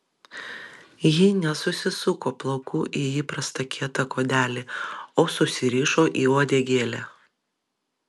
ji nesusisuko plaukų į įprastą kietą kuodelį o susirišo į uodegėlę